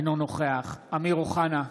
אינו נוכח אמיר אוחנה,